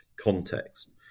context